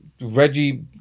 Reggie